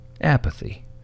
apathy